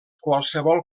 qualsevol